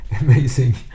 Amazing